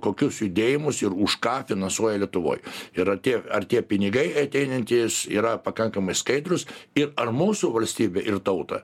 kokius judėjimus ir už ką finansuoja lietuvoj ir ar tie ar tie pinigai ateinantys yra pakankamai skaidrūs ir ar mūsų valstybę ir tautą